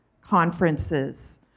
conferences